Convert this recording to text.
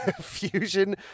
fusion